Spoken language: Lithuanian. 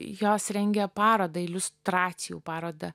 jos rengia parodą iliustracijų parodą